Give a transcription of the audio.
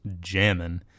jamming